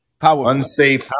unsafe